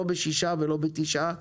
לא בשישה ולא בתשעה,